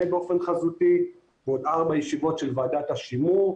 באופן חזותי ועוד ארבע ישיבות של ועדת השימור.